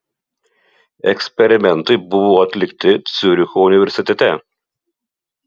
eksperimentai buvo atlikti ciuricho universitete